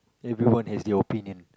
everyone has their opinion